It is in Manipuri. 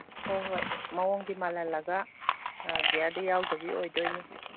ꯍꯣꯏ ꯍꯣꯏ ꯃꯑꯣꯡꯗꯤ ꯃꯥꯜꯍꯜꯂꯒ ꯒ꯭ꯌꯥꯔꯗꯤ ꯌꯥꯎꯗꯕꯤ ꯑꯣꯏꯗꯣꯏꯅꯤ